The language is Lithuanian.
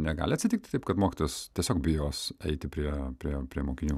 negali atsitikti taip kad mokytojas tiesiog bijos eiti prie prie prie mokinių